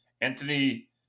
Anthony